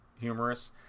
humorous